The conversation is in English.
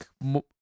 more